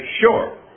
sure